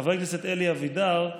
חבר הכנסת אלי אבידר,